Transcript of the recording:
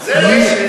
זו האלימות.